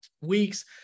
weeks